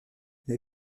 les